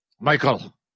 Michael